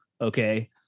okay